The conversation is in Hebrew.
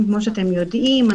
כפי שאתם יודעים,